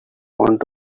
want